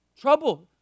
trouble